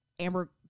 Amber